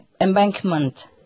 embankment